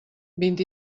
vint